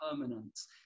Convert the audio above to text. permanence